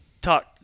talk